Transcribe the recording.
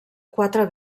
quatre